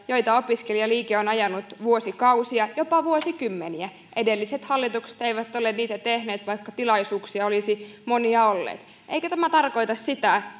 joita opiskelijaliike on ajanut vuosikausia jopa vuosikymmeniä edelliset hallitukset eivät ole niitä tehneet vaikka tilaisuuksia olisi monia ollut eikä tämä tarkoita sitä